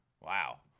wow